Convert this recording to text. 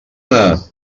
anar